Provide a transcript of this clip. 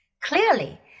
Clearly